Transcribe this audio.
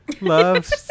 Love